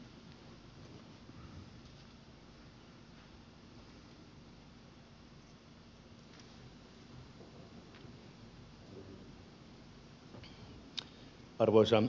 arvoisa herra puhemies